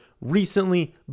recently